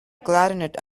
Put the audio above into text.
clarinet